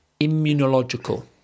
immunological